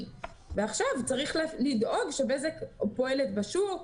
ועכשיו צריך לדאוג שבזק פועלת בשוק,